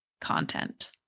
content